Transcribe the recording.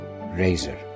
razor